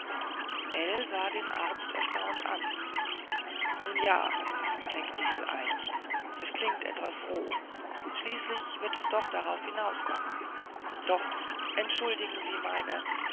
sah den arzt erstaunt an nun ja lenkte hil ein es klingt etwas roh schließlich wird es doch darauf hinauskommen doch entschuldigen sie meine